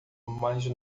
mais